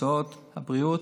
מקצועות הבריאות,